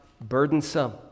burdensome